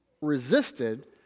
resisted